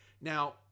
Now